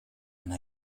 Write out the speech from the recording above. and